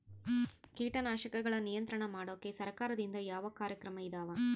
ಕೇಟನಾಶಕಗಳ ನಿಯಂತ್ರಣ ಮಾಡೋಕೆ ಸರಕಾರದಿಂದ ಯಾವ ಕಾರ್ಯಕ್ರಮ ಇದಾವ?